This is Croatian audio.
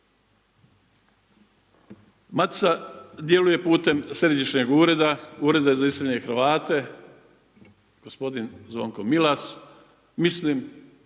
Matica djeluje putem Središnjeg ureda, Ureda za iseljene Hrvate, gospodin Zvonko Milas, mislim